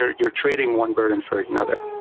ah you're trading one burden for another.